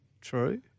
True